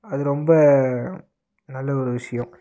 அது ரொம்ப நல்ல ஒரு விஷயம்